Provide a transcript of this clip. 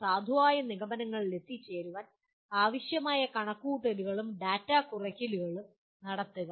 സാധുവായ നിഗമനങ്ങളിൽ എത്തിച്ചേരാൻ ആവശ്യമായ കണക്കുകൂട്ടലുകളും ഡാറ്റ കുറയ്ക്കലും നടത്തുക